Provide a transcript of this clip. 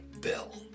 Bill